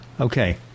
Okay